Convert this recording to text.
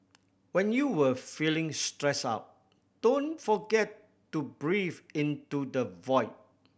when you are feeling stressed out don't forget to breathe into the void